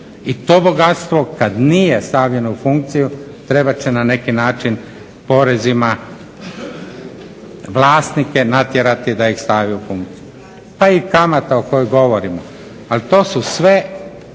I to bogatstvo kad nije stavljeno u funkciju trebat će na neki način porezima vlasnike natjerati da ih stave u funkciju, pa i kamata o kojoj govorimo. Ali to su sve